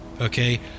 okay